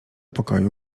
pokoju